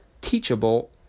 teachable